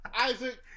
Isaac